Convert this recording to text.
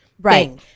Right